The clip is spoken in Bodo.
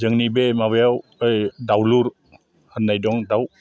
जोंनि बे माबायाव ओइ दावलुर होननाय दं दाव